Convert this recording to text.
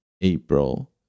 April